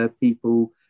people